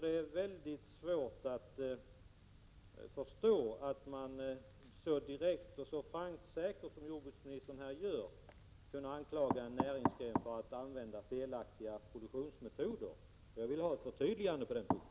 Det är väldigt svårt att förstå att man så direkt, frankt och säkert som jordbruksministern här gör anklagar en näringsgren för att använda felaktiga produktionsmetoder. Jag vill ha ett förtydligande på den punkten.